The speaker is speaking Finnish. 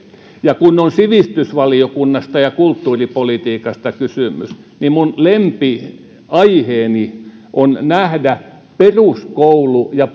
ja kun on sivistysvaliokunnasta ja kulttuuripolitiikasta kysymys niin minun lempiaiheeni on nähdä peruskoulu ja